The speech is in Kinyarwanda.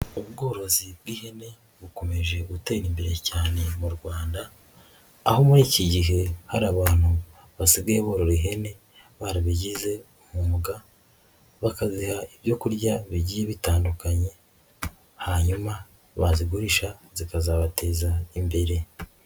Ubworozi bw'ihene bukomeje gutera imbere cyane mu Rwanda, aho muri iki gihe hari abantu basigaye borora ihene barabigize umwuga, bakaziha ibyokurya bigiye bitandukanye, hanyuma bazigurisha zikazabateza imbere.